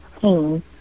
pain